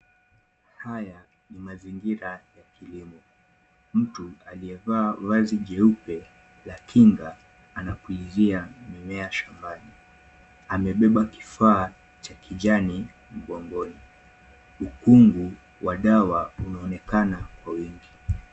Haya ni mazingira ya kilimo. Mtu aliyevaa vazi jeupe la kinga anapulizia mimea shambani. Amebeba kifaa cha kijani mgongoni. Mkungu wa dawa unaonekana kwa wingi.